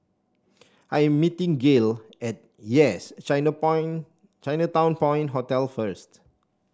I am meeting Gale at Yes China Point Chinatown Point Hotel first